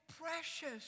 precious